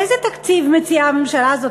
איזה תקציב מציעה הממשלה הזאת?